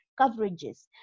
coverages